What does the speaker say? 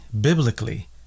biblically